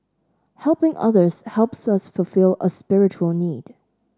helping others helps us fulfil a spiritual need